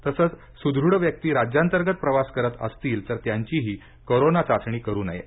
तसंच सुदृढ व्यक्ती राज्यांतर्गत प्रवास करत असतील तर त्यांचीही कोरोंना चाचणी करु नये